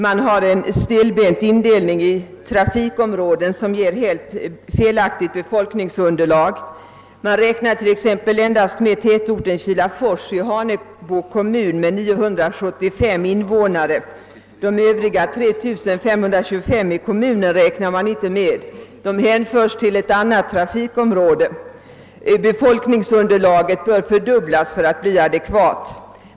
Man har en stelbent indelning i trafikområden som ger ett helt felaktigt befolkningsunderlag. Sålunda räknar man endast med tätorten Kilafors i Hanebo kommun med 975 invånare. De övriga 3 525 invånarna i kommunen tar man inte med. Befolkningsunderlaget bör således fördubblas för att bli adekvat.